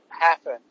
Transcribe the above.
happen